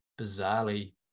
bizarrely